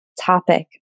topic